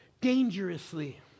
dangerously